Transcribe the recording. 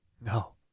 No